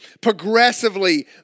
progressively